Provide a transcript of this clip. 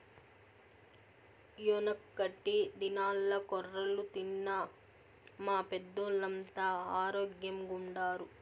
యెనకటి దినాల్ల కొర్రలు తిన్న మా పెద్దోల్లంతా ఆరోగ్గెంగుండారు